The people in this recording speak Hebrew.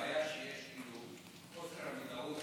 הבעיה שיש כאילו, חוסר המודעות